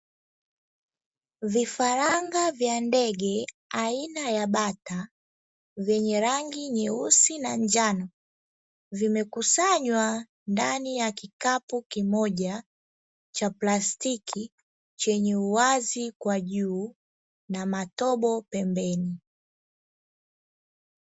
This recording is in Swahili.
Vifaranga vya ndege aina ya bata vyenye rangi nyeusi na njano, vimekusanywa ndani ya kikapu kimoja cha plastiki chenye uwazi kwa juu na matobo pembeni.